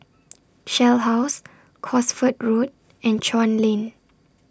Shell House Cosford Road and Chuan Lane